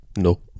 No